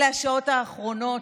אלה השעות האחרונות,